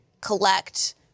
collect